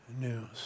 news